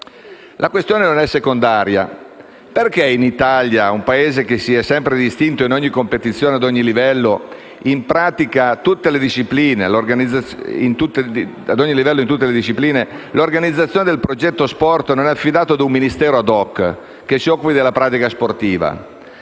La questione non è secondaria. Perché in Italia, un Paese che si è sempre distinto in ogni competizione, ad ogni livello e in tutte le discipline, l'organizzazione del progetto sport non è affidata ad un Ministero *ad hoc*, che si occupi della pratica sportiva,